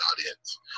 audience